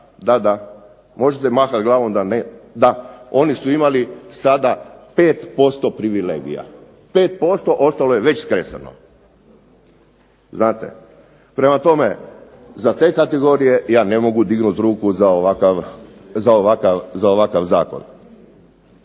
da, da. Možete mahati glavom da ne. Da, oni su imali sada 5% privilegija, 5% ostalo je već skresano. Znate. Prema tome, za te kategorije ja ne mogu dignuti ruku za ovakav zakon.